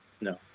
no